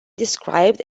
described